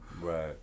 Right